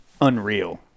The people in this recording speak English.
unreal